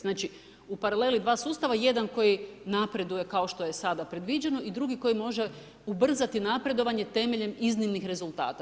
Znači u paraleli dva sustava, jedan koji napreduje kao što je sada predviđeno i drugi koji može ubrzati napredovanje temeljem iznimnih rezultata.